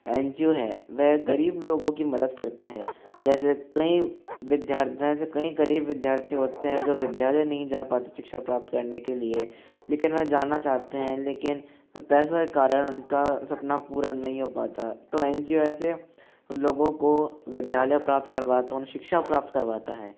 N G O है वह गरीब लोगों की मदद करता है जैसे कई विद्यार्थी कई गरीब विद्यार्थी होते हैं जो विद्यालय नहीं जा पाते शिक्षा प्राप्त करने के लिए लेकिन वह जाना चाहते हैं लेकिन पैसों के कारण उनका सपना पूरा नहीं हो पाता तो एन जी ओ ऐसे लोगों को विद्यालय प्राप्त करवाता उन्हें शिक्षा प्राप्त करवाता है